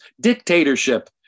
Dictatorship